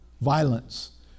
violence